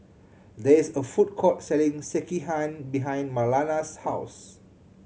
there is a food court selling Sekihan behind Marlana's house